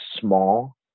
small